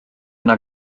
yna